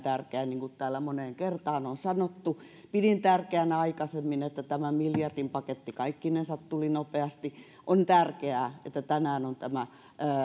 tärkeä niin kuin täällä moneen kertaan on sanottu pidin tärkeänä aikaisemmin sitä että tämä miljardin paketti kaikkinensa tuli nopeasti on tärkeää että tänään on tämä